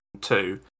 two